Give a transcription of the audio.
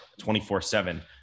24/7